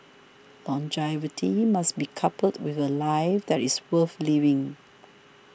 longevity must be coupled with a life that is worth living